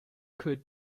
could